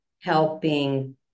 helping